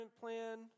plan